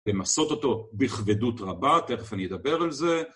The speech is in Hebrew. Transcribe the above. למסות אותו בכבדות רבה, תכף אני אדבר על זה.